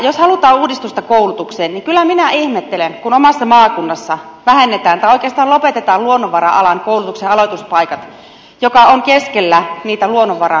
jos halutaan uudistusta koulutukseen niin kyllä minä ihmettelen kun omassa maakunnassani joka on keskellä niitä luonnonvara aloja vähennetään tai oikeastaan lopetetaan luonnonvara alan koulutuksen aloituspaikat